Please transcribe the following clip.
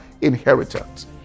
inheritance